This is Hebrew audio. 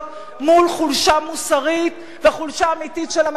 מול חולשה מוסרית וחולשה אמיתית של הממשלה.